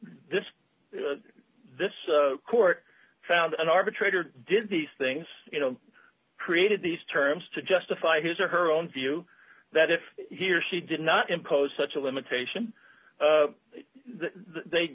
this this court found an arbitrator did the thing you know created these terms to justify his or her own view that if he or she did not impose such a limitation they